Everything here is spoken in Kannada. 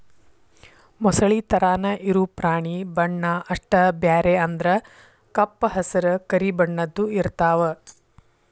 ಮೊಸಳಿ ತರಾನ ಇರು ಪ್ರಾಣಿ ಬಣ್ಣಾ ಅಷ್ಟ ಬ್ಯಾರೆ ಅಂದ್ರ ಕಪ್ಪ ಹಸರ, ಕರಿ ಬಣ್ಣದ್ದು ಇರತಾವ